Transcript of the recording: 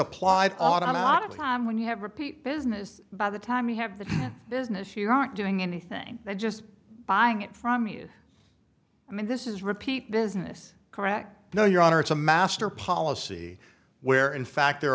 applied on a lot of time when you have repeat business by the time you have the business you aren't doing anything just buying it from you i mean this is repeat business correct no your honor it's a master policy where in fact there